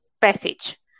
passage